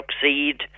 succeed